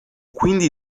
quindi